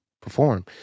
perform